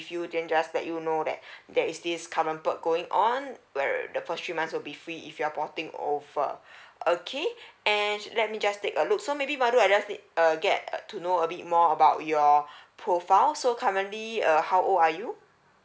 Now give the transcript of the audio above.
you can just let you know that there is this current pro going on where the the first three months will be free if you're porting over okay let me just take a look so maybe madu I just need uh get uh to know a bit more about your profile so currently uh how old are you